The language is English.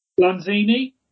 Lanzini